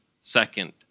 second